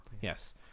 Yes